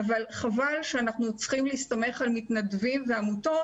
אבל חבל שאנחנו צריכים להסתמך על מתנדבים ועמותות